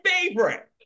favorite